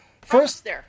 First